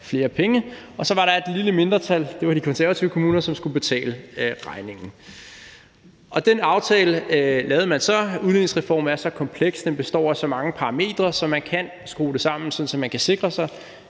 flere penge. Og så var der et lille mindretal – det var de konservative kommuner – som skulle betale regningen. Den aftale lavede man så. Udligningsreformen er så kompleks og består af så mange parametre, så man kan skrue det sammen, sådan at man kan sikre sig,